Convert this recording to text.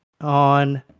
on